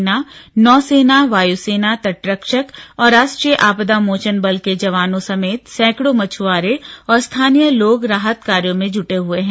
सेना नौसेना वायु सेना तटरक्षक और राष्ट्रीय आपदा मोचन बल के जवानों सहित सैंकड़ों मछुआरे और स्थानीय लोग राहत कार्यों में जुटे हुए हैं